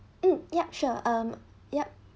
mm ya sure um yup